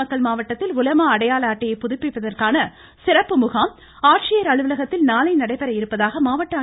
நாமக்கல் மாவட்டத்தில் உலமா அடையாள அட்டையை புதுப்பிப்பதற்கான சிறப்பு முகாம் ஆட்சியர் அலுவலகத்தில் நாளை நடைபெற உள்ளதாக மாவட்ட ஆட்சித்தலைவர் திருமதி